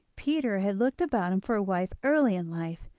peter had looked about him for a wife early in life,